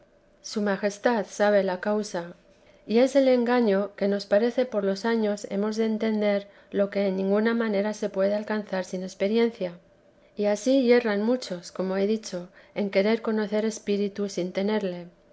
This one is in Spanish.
su majestad sabe la causa y es el engaño que nos parece que por los años hemos de entender lo que en ninguna manera se puede alcanzar sin experiencia y ansí yerran muchos como he dicho en querer conocer espíritu sin tenerle